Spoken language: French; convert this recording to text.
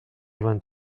vingt